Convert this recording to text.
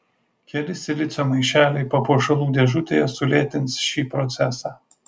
keli silicio maišeliai papuošalų dėžutėje sulėtins šį procesą